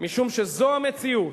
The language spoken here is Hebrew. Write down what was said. משום שזו המציאות: